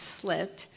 slipped